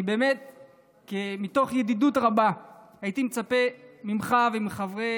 מתוך ידידות רבה הייתי מצפה ממך ומחברי